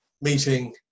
meeting